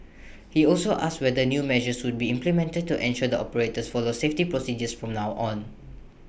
he also asked whether new measures would be implemented to ensure the operators follow safety procedures from now on